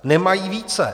Nemají více.